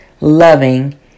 loving